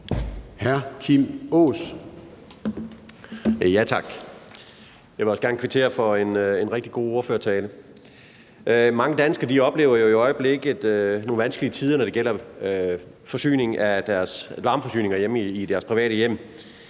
Mange danskere oplever jo i øjeblikket nogle vanskelige tider, når det gælder deres varmeforsyning hjemme i deres private hjem.